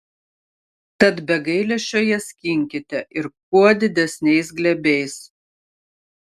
tad be gailesčio ją skinkite ir kuo didesniais glėbiais